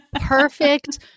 perfect